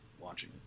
watching